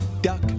Duck